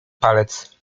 palec